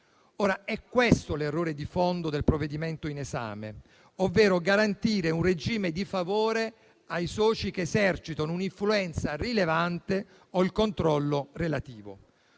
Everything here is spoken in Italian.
È questo l'errore di fondo del provvedimento in esame, ovvero garantire un regime di favore ai soci che esercitano un'influenza rilevante o il controllo relativo.